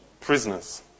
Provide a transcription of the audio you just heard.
prisoners